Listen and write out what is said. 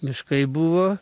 miškai buvo